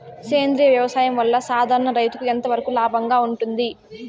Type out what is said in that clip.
సేంద్రియ వ్యవసాయం వల్ల, సాధారణ రైతుకు ఎంతవరకు లాభంగా ఉంటుంది?